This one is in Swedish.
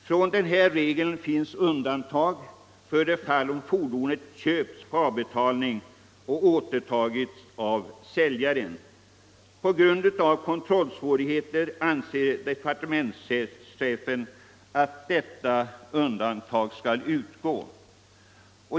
Från denna regel gäller dock bl.a. undantag för det fall fordonet köpts på avbetalning och återtagits av säljaren. På grund av kontrollsvårigheterna anser departementschefen att detta undantag skall utgå.